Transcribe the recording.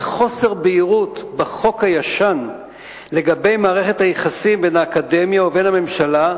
חוסר בהירות בחוק הישן לגבי מערכת היחסים בין האקדמיה ובין הממשלה,